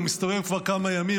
הוא מסתובב כבר כמה ימים,